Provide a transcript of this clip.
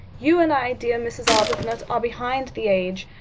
you and i, dear mrs. arbuthnot, are behind the age.